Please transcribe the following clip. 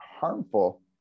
harmful